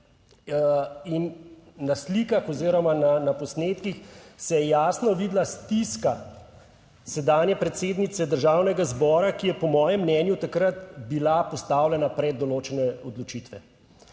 in na slikah oziroma na posnetkih se je jasno videla stiska sedanje predsednice Državnega zbora, ki je po mojem mnenju takrat bila postavljena pred določene odločitve.